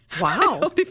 Wow